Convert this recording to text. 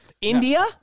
India